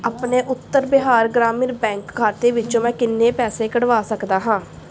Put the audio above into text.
ਆਪਣੇ ਉੱਤਰ ਬਿਹਾਰ ਗ੍ਰਾਮੀਣ ਬੈਂਕ ਖਾਤੇ ਵਿੱਚੋ ਮੈਂ ਕਿੰਨੇ ਪੈਸੇ ਕੱਢਵਾ ਸਕਦਾ ਹਾਂ